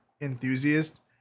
enthusiast